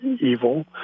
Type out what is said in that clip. evil